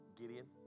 Gideon